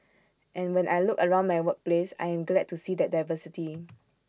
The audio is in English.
and when I look around my workplace I am glad to see that diversity